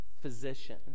physician